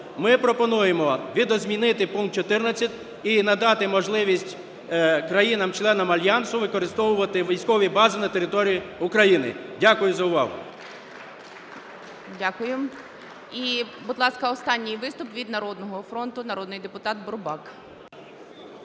Ми пропонуємо видозмінити пункт 14 і надати можливість країнам-членам Альянсу використовувати військові бази на території України. Дякую за увагу. ГОЛОВУЮЧИЙ. Дякую. І будь ласка, останній виступ від "Народного фронту" – народний депутат Бурбак.